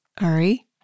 Ari